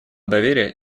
доверия